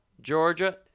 Georgia